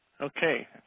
Okay